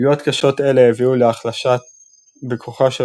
פגיעות קשות אלה הביאו להחלשה בכוחה של